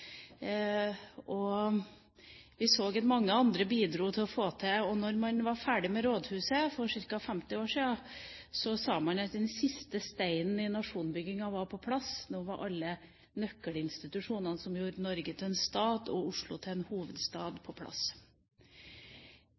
og vi så at mange bidro til å få ting til. Da man var ferdig med Rådhuset for ca. 50 år siden, sa man at den siste steinen i nasjonsbygginga var på plass. Nå var alle nøkkelinstitusjonene som gjorde Norge til en stat og Oslo til en hovedstad, på plass.